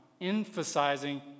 emphasizing